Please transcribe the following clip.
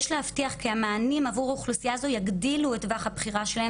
יש להבטיח כי המענים עבור אוכלוסייה זו יגדילו את טווח הבחירה שלהם